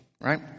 Right